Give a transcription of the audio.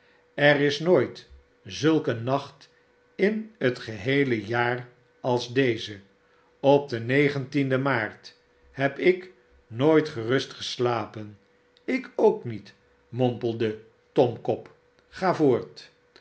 er is nooit zulk een nacht in het geheele jaar als deze op den negentienden maart heb ik nooit gerust geslapen ik k niet mompelde tom cobb sga voort